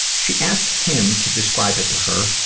she asked him to describe it to her,